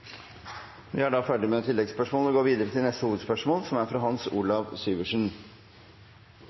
vi er positivt. Vi går videre til neste hovedspørsmål. Mitt spørsmål er